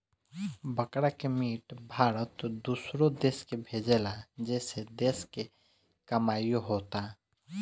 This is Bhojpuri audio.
बकरा के मीट भारत दूसरो देश के भेजेला जेसे देश के कमाईओ होता